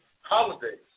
holidays